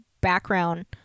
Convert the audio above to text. background